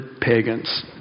pagans